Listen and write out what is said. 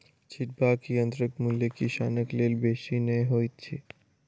छिटबाक यंत्रक मूल्य किसानक लेल बेसी नै होइत छै